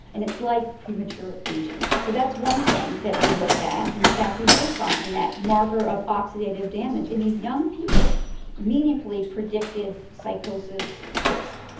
and it's like premature ageing. so that's one thing that we looked at, and in fact we did find that marker of oxidative damage in these young people meaningfully predicted psychosis risk.